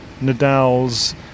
Nadal's